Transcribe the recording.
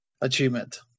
achievement